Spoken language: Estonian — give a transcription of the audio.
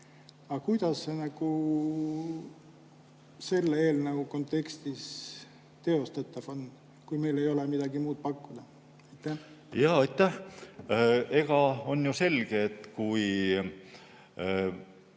Aga kuidas see selle eelnõu kontekstis teostatav on, kui meil ei ole midagi muud pakkuda? Jaa, aitäh! On ju selge, et kui